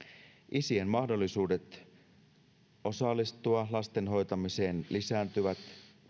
isien mahdollisuudet osallistua lasten hoitamiseen lisääntyvät